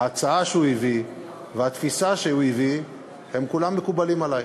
ההצעה שהוא הביא והתפיסה שהוא הביא הם כולם מקובלים עלי,